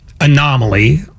anomaly